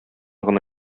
гына